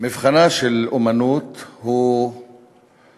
שמבחנה של אמנות הוא להיות